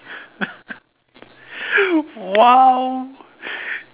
!wow!